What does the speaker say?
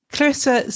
Clarissa